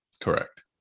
Correct